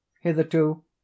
Hitherto